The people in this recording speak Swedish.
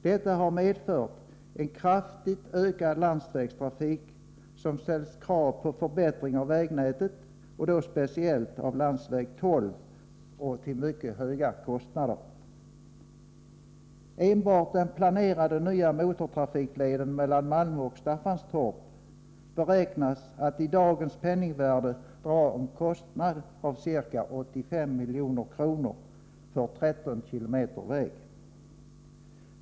Detta har medfört en kraftigt ökad landsvägstrafik som ställt krav på förbättring av vägnätet, och då speciellt av länsväg 12, till mycket höga kostnader. Enbart den planerade nya motortrafikleden mellan Malmö och Staffanstorp beräknas i dagens penningvärde dra en kostnad av ca 85 milj.kr. för 13 km väg.